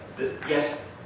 yes